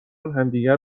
همدیگه